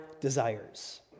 desires